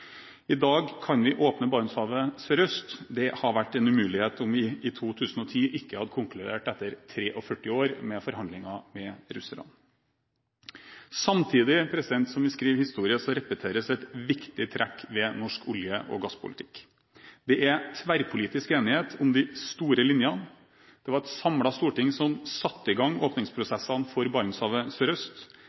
I dag kan vi åpne Barentshavet sørøst. Det hadde vært en umulighet om vi i 2010 ikke hadde konkludert etter 43 år med forhandlinger med russerne. Samtidig som vi skriver historie, repeteres et viktig trekk ved norsk olje- og gasspolitikk. Det er tverrpolitisk enighet om de store linjene. Det var et samlet storting som satte i gang åpningsprosessene for Barentshavet sørøst.